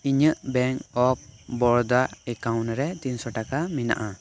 ᱤᱧᱟᱹᱜ bank of Baroda account ᱨᱮ ᱛᱤᱱ ᱥᱚ ᱴᱟᱠᱟ ᱢᱮᱱᱟᱜᱼᱟ